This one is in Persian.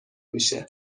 میشه